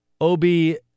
Obi